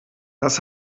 das